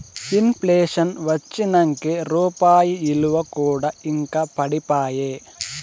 in ప్లేషన్ వచ్చినంకే రూపాయి ఇలువ కూడా ఇంకా పడిపాయే